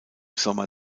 sommer